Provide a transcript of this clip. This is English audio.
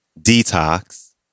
Detox